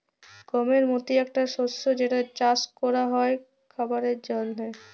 গমের মতি একটা শস্য যেটা চাস ক্যরা হ্যয় খাবারের জন্হে